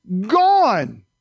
gone